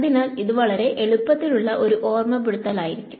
അതിനാൽ ഇത് വളരെ എളുപ്പത്തിലുള്ള ഒരു ഓർമപ്പെടുത്തൽ ആയിരിക്കും